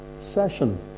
session